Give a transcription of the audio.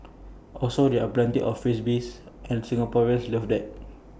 also there are plenty of freebies and Singaporeans love that